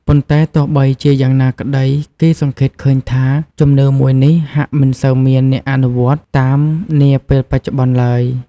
ប៉ុន្តែទោះបីជាយ៉ាងណាក្តី គេសង្កេតឃើញថា ជំនឿមួយនេះហាក់មិនសូវមានអ្នកអនុវត្តន៏តាមនាពេលបច្ចុប្បន្នឡើយ។